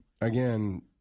again